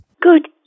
Good